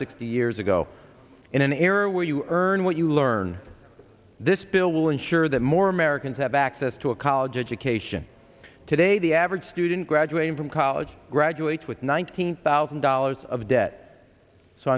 sixty years ago in an era where you earn what you learn this bill will ensure that more americans have access to a college education today the average student graduating from college graduates with one hundred thousand dollars of debt so